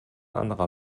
anderer